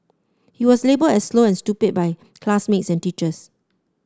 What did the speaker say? he was labelled as slow and stupid by classmates and teachers